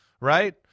right